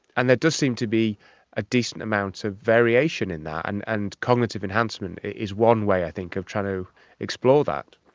and there does seem to be a decent amount of variation in that, and and cognitive enhancement is one way i think of trying to explore that.